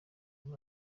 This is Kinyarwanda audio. muri